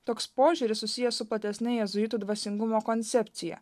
toks požiūris susijęs su platesne jėzuitų dvasingumo koncepcija